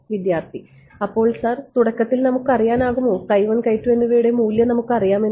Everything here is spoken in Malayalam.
വിദ്യാർത്ഥി അപ്പോൾ സർ തുടക്കത്തിൽ നമുക്കറിയാൻ ആകുമോ എന്നിവയുടെ മൂല്യം നമുക്കറിയാം എന്ന്